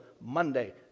Monday